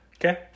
Okay